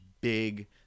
big